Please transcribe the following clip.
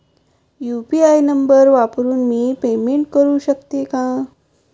UPI नंबर वापरून मी पेमेंट करू शकते का?